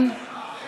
מיקי